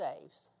saves